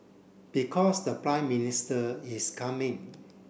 because the Prime Minister is coming